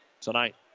tonight